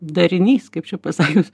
darinys kaip čia pasakius